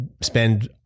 spend